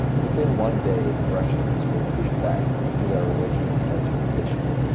within one day, the russians were pushed back to their original starting position.